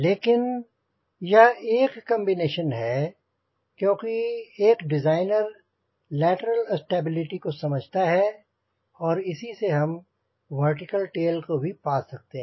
लेकिन यह एक कांबिनेशन है क्योंकि एक डिजाइनर लैटरल स्टेबिलिटी को समझता है और इसी से हम वर्टिकल टेल को भी पा सकते हैं